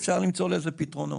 אפשר למצוא לזה פתרונות.